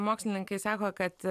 mokslininkai sako kad